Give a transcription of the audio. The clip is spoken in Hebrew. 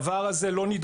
צוהריים טובים לכולם.